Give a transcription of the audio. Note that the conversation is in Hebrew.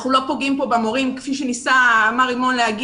אנחנו לא פוגעים כאן במורים כפי שניסה מר רימון לומר.